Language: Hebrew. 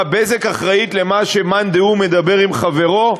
מה, "בזק" אחראית למה שמאן דהוא מדבר עם חברו?